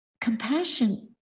compassion